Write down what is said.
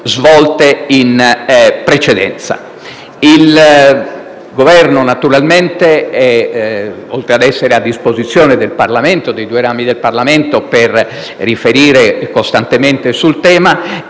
svolte in precedenza. Il Governo naturalmente, oltre ad essere a disposizione dei due rami del Parlamento per riferire costantemente sul tema,